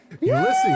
Ulysses